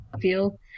Feel